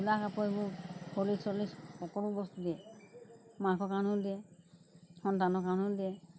চোলা কাপোৰ এইবোৰ হৰলিক্স চৰলিক্স সকলো বস্তু দিয়ে মাকৰ কাৰণেও দিয়ে সন্তানৰ কাৰণেও দিয়ে